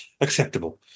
acceptable